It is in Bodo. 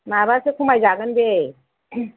माबासो खमायजागोन दे